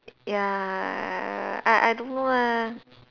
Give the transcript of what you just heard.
ya uh I I don't know ah